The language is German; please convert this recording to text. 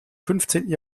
fünfzehnten